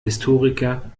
historiker